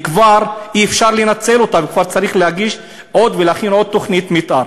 כבר אי-אפשר לנצל אותה וכבר צריך להכין ולהגיש עוד תוכנית מתאר.